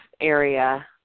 area